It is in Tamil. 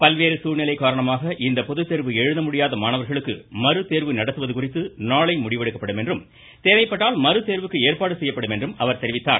பல்வேறு சூழ்நிலை காரணமாக இந்த பொதுத்தேர்வு எழுத முடியாத மாணவர்களுக்கு மறு தேர்வு நடத்துவது குறித்து நாளை முடிவெடுக்கப்படும் என்றும் தேவைப்பட்டால் மறுதேர்விற்கு ஏற்பாடு செய்யப்படும் என்றும் அவர் தெரிவித்தார்